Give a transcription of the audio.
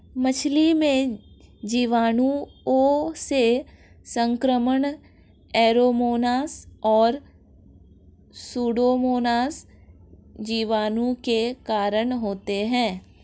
मछली में जीवाणुओं से संक्रमण ऐरोमोनास और सुडोमोनास जीवाणु के कारण होते हैं